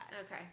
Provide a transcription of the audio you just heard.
okay